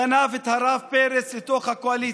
גנב את הרב פרץ לתוך הקואליציה,